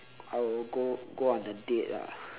I'll go go on a date ah